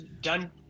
done